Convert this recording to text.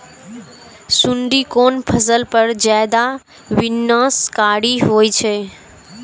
सुंडी कोन फसल पर ज्यादा विनाशकारी होई छै?